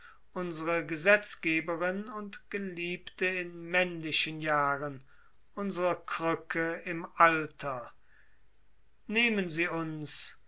unsre gesetzgeberin und geliebte in männlichen jahren unsre krücke im alter nehmen sie uns